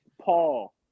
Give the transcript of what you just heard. Paul